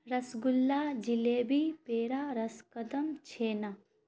رس گلا جلیبی پیڈا رس قدم چھینا